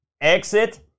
Exit